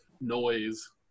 noise